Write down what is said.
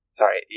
sorry